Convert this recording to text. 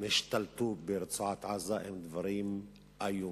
השתלטו ברצועת-עזה היא של דברים איומים.